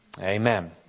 Amen